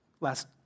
Last